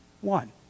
one